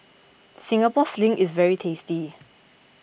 Singapore Sling is very tasty